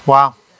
Wow